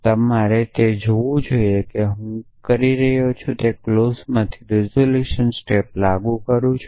તેથી તમારે જોવું જ જોઇએ કે હું જે કરી રહ્યો છું તે આ ક્લોઝમાં રીઝોલ્યુશન સ્ટેપ લાગુ કરી રહ્યો છુ